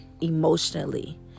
emotionally